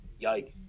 yikes